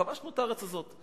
כבשנו את הארץ הזאת.